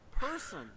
person